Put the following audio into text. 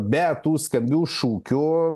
be tų skambių šūkių